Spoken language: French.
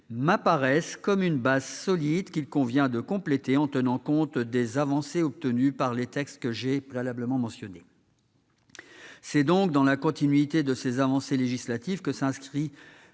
m'apparaissent comme une base solide, qu'il convient de compléter en tenant compte des avancées obtenues par les textes que j'ai préalablement mentionnés. C'est donc dans la continuité de ces avancées législatives que s'inscrit la